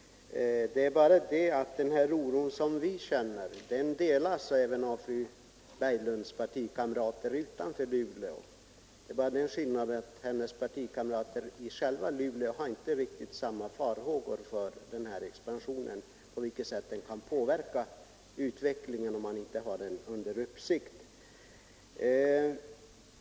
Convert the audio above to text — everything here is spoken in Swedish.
Det är bara det att den oro som vi känner delas av fru Berglunds partikamrater utanför Luleå, medan däremot hennes partikamrater i själva Luleå inte har riktigt samma farhågor för hur expansionen kan påverka utvecklingen om man inte har den under uppsikt.